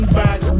back